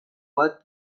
bat